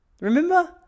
Remember